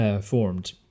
Formed